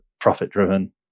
profit-driven